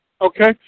okay